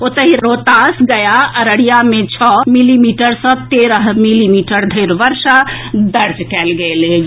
ओतहि रोहतास गया अररिया में छओ मिलीमीटर सॅ तेरह मिलीमीटर धरि वर्षा दर्ज कएल गेल अछि